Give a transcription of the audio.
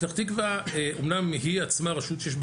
פתח תקווה אמנם היא עצמה רשות שיש בה